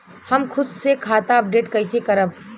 हम खुद से खाता अपडेट कइसे करब?